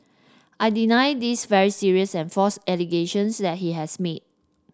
I deny this very serious and false allegations that he has made